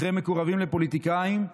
אחרי מקורבים לפוליטיקאים,